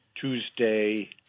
Tuesday